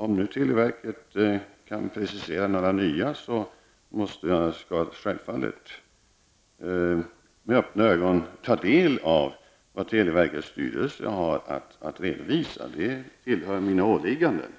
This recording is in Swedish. Om nu televerket gör nya preciseringar skall jag självfallet med öppna ögon ta del av vad televerkets styrelse har att redovisa. Det tillhör mina åligganden.